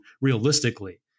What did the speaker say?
realistically